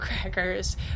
crackers